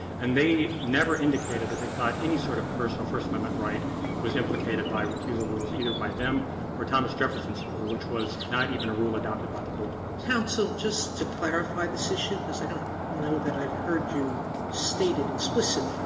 and they never indicated that they thought any sort of personal first amendment right was implicated by recusal rules, either by them or thomas jefferson's rule, which was not even a rule adopted by the whole house. sotomayor counsel, just to clarify this issue, because i don't know that i've heard you state it explicitly,